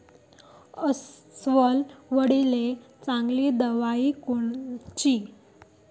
अस्वल अळीले चांगली दवाई कोनची?